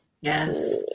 yes